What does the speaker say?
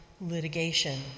litigation